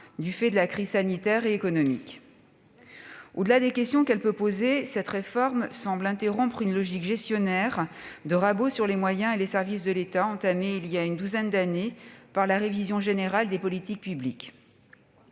du fait de la crise sanitaire et économique. Au-delà des questions qu'elle peut susciter, cette réforme semble interrompre une logique gestionnaire, de rabot sur les moyens des services de l'État, entamée il y a une douzaine d'années par la révision générale des politiques publiques.